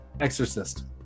Exorcist